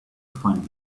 find